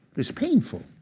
it's painful.